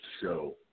show